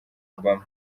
obama